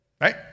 right